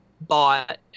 bought